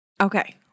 Okay